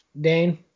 dane